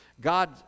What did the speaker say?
God